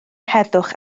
heddwch